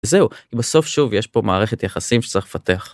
וזהו, בסוף שוב יש פה מערכת יחסים שצריך לפתח.